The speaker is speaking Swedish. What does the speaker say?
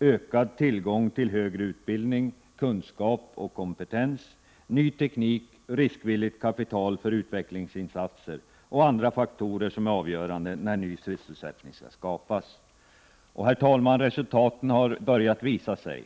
ökad tillgång till högre utbildning, kunskap och kompetens, ny teknik, riskvilligt kapital för utvecklingsinsatser och på andra faktorer som är avgörande när ny sysselsättning skall skapas. Herr talman! Resultaten börjar visa sig.